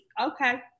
Okay